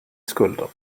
skulden